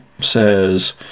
says